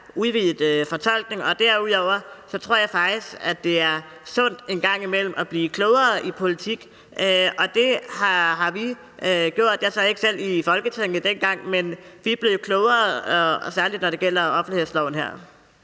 udvidet fortolkning. Derudover tror jeg faktisk, det er sundt en gang imellem at blive klogere i politik, og det er vi blevet. Jeg sad ikke selv i Folketinget dengang, men vi er blevet klogere, særlig når det gælder offentlighedsloven her.